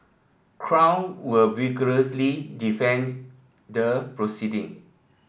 crown will vigorously defend the proceeding